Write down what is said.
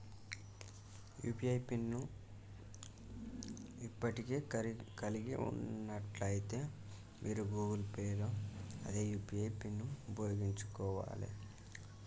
UPI pin ను ఇప్పటికే కలిగి ఉన్నట్లయితే మీరు గూగుల్ పే లో అదే యూ.పీ.ఐ పిన్ను ఉపయోగించుకోవాలే